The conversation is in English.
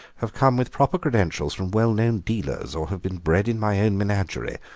have come with proper credentials from well-known dealers, or have been bred in my own menagerie.